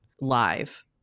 live